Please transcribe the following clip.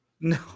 no